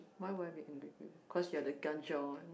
why would I be angry with you cause you are the kan-chiong one